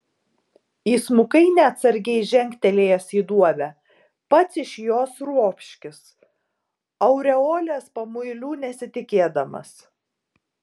įsmukai neatsargiai žengtelėjęs į duobę pats iš jos ropškis aureolės pamuilių nesitikėdamas